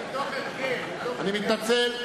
אני מתנצל,